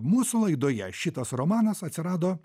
mūsų laidoje šitas romanas atsirado